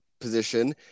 position